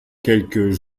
quelques